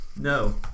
No